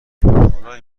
خدایا